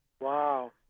Wow